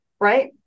right